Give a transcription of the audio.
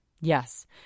Yes